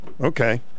Okay